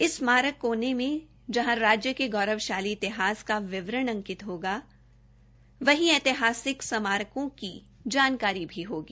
इस स्मारक कोने में जहां राज्य के गौरवशाली इतिहास का विवरण अंकित होगा वहीं ऐतिहासिक स्मारकों की जानकारी भी होगी